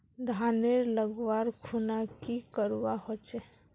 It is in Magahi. धानेर लगवार खुना की करवा होचे?